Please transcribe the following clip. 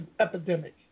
epidemic